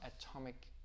atomic